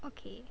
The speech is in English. okay